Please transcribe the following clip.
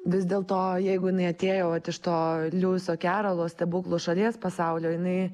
vis dėlto jeigu jinai atėjo vat iš to liuiso kerolo stebuklų šalies pasaulio jinai